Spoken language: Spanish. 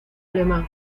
alemán